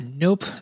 nope